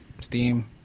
Steam